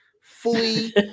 fully